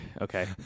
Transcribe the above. Okay